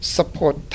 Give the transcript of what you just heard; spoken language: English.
Support